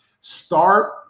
start